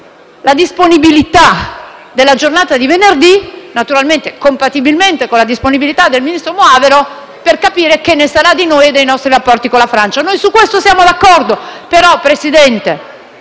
una seduta nella giornata di venerdì, naturalmente compatibilmente con la disponibilità del ministro Moavero, per capire che ne sarà noi e dei nostri rapporti con la Francia. Su questo siamo d'accordo, ma, signor Presidente,